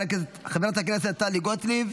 חברת הכנסת טלי גוטליב,